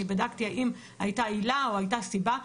אני בדקתי האם הייתה עילה או הייתה סיבה,